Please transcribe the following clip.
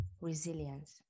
resilience